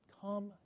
Come